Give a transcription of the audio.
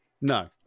No